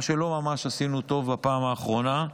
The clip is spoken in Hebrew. מה שלא ממש עשינו טוב בפעם האחרונה,